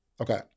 Okay